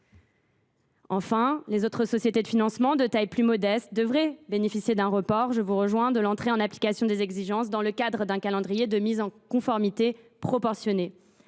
les autres sociétés de financement, de taille plus modeste, devraient bénéficier d’un report de l’entrée en application de ces exigences dans le cadre d’un calendrier de mise en conformité proportionné